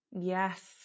Yes